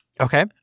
Okay